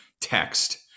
text